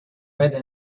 vede